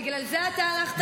בגלל זה אתה הלכת בטוב.